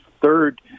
third